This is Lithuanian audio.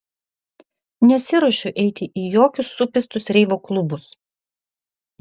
nesiruošiu eiti į jokius supistus reivo klubus